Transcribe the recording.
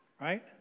right